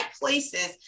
places